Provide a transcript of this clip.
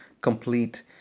complete